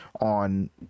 on